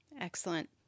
Excellent